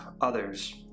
others